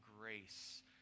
grace